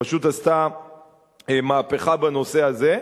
פשוט עשתה מהפכה בנושא הזה,